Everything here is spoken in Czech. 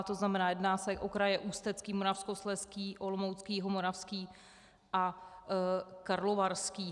To znamená, jedná se o kraje Ústecký, Moravskoslezský, Olomoucký, Jihomoravský a Karlovarský.